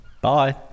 Bye